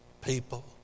people